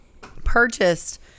purchased